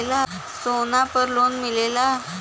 सोना पर लोन मिलेला?